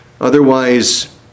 otherwise